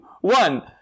one